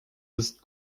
ist